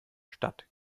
statt